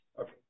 Okay